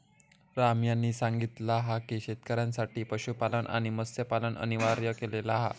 राम यांनी सांगितला हा की शेतकऱ्यांसाठी पशुपालन आणि मत्स्यपालन अनिवार्य केलेला हा